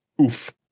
Oof